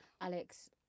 Alex